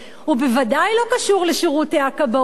הוא בוודאי לא קשור לשירותי הכבאות,